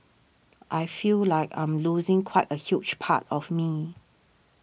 I feel like I'm losing quite a huge part of me